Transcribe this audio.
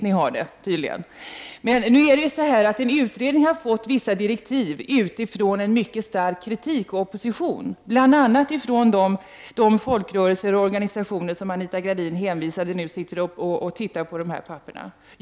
Ni har det tydligen knivigt. En utredning har fått vissa direktiv mot bakgrund av en mycket stark kritik och opposition bl.a. från de folkrörelser och organisationer som nu sitter och studerar dessa papper och som Anita Gradin hänvisade till.